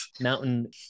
Mountain